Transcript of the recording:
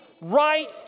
right